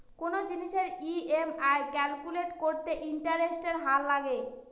কোনো জিনিসের EMI calculate করতে ইন্টারেস্টের হার লাগে